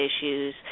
issues